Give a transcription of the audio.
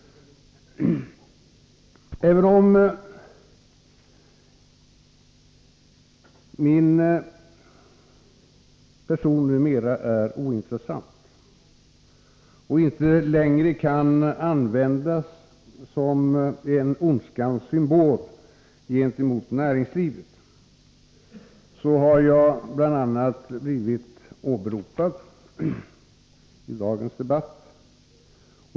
Även om min person numera är ointressant och inte längre kan användas som en ondskans symbol gentemot näringslivet, har jag blivit åberopad i dagens debatt.